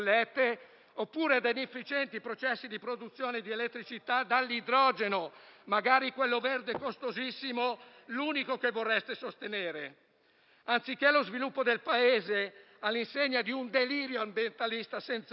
oppure a inefficienti processi di produzione di elettricità dall'idrogeno, magari quello verde costosissimo, l'unico che vorreste sostenere. Anziché lo sviluppo del Paese, all'insegna di un delirio ambientalista senza limiti,